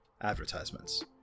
advertisements